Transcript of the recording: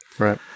right